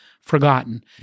forgotten